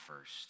first